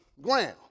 ground